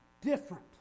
different